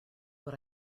what